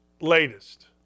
latest